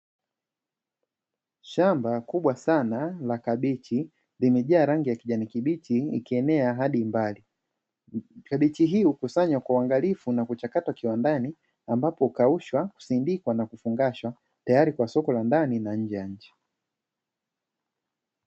Shamba kubwa sana la kabichi limejaa rangi ya kijani kibichi likienea hadi mbali. Kabichi hii hukusanywa kwa uangalifu na kuchakatwa kiwandani ambapo hukaushwa, kusindikwa na kufungashwa, tayari kwa soko la ndani na nje ya nchi.